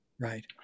Right